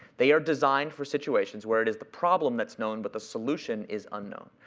they are designed for situations where it is the problem that's known, but the solution is unknown.